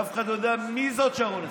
ואף אחד לא יודע מי זו שרון השכל.